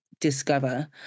Discover